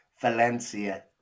Valencia